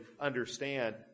understand